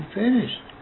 finished